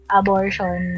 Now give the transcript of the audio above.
abortion